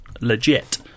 legit